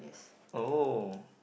oh